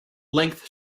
length